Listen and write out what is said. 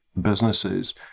businesses